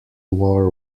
war